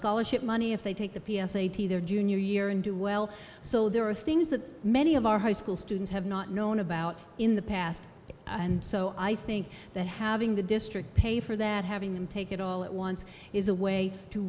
scholarship money if they take the p s a t their junior year and do well so there are things that many of our high school students have not known about in the past and so i think that having the district pay for that having them take it all at once is a way to